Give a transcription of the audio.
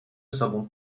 sobą